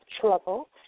trouble